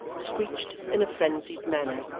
screeched in a frenzied manner,